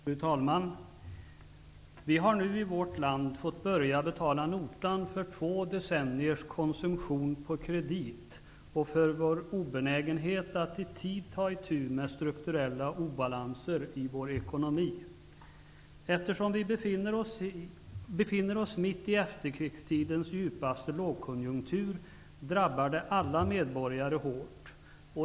Fru talman! Vi har nu i vårt land fått börja betala notan för två decenniers konsumtion på kredit och för vår obenägenhet att ta itu med strukturella obalanser i vår ekonomi. Eftersom vi befinner oss mitt i efterkrigstidens djupaste lågkonjunktur, drabbar det alla medborgare hårt.